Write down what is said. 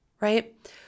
right